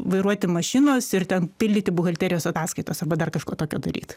vairuoti mašinos ir ten pildyti buhalterijos ataskaitos arba dar kažko tokio daryt